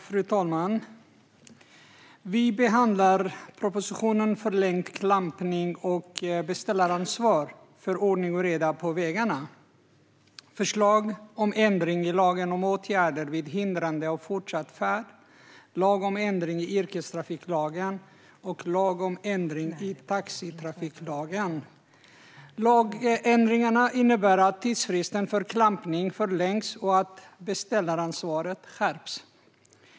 Fru talman! Vi behandlar propositionerna Förlängd klampning och Be ställaransvar för ordning och reda på vägarna . Det handlar om förslag till ändring i lagen om åtgärder vid hindrande av fortsatt färd, lag om ändring i yrkestrafiklagen och lag om ändring i taxitrafiklagen. Lagändringarna innebär att tidsfristen för klampning förlängs och att beställaransvaret skärps.